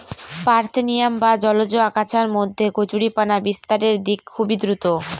parthenium বা জলজ আগাছার মধ্যে কচুরিপানা বিস্তারের দিক খুবই দ্রূত